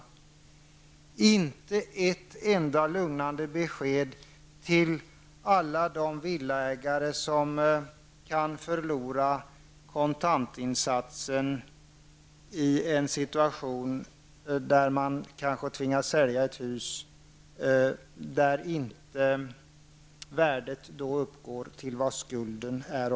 Det har ju inte givits ett enda lugnande besked till alla de villaägare som kan förlora kontantinsatsen i en situation där de kanske tvingas sälja ett hus och värdet inte uppgår till vad skulden är.